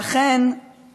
ואכן,